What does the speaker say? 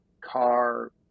car